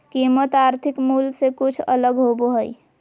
कीमत आर्थिक मूल से कुछ अलग होबो हइ